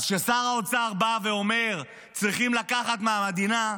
אז כששר האוצר בא ואומר: צריכים לקחת מהמדינה,